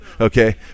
okay